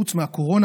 חוץ מהקורונה,